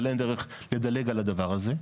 אבל אין דרך לדלג על הדבר הזה.